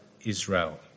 Israel